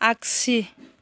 आगसि